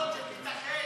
טבלאות של כיתה ח'.